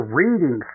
reading